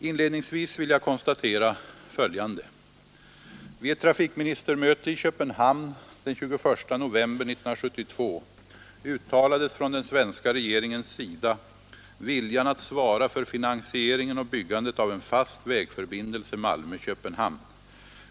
Inledningsvis vill jag konstatera följande. Vid ett trafikministermöte i Köpenhamn den 21 november 1972 uttalades från den svenska regeringens sida viljan att svara för finansieringen och byggandet av en fast vägförbindelse Malmö—Köpenhamn.